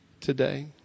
today